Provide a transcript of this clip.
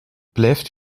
blijft